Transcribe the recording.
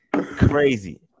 crazy